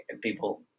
People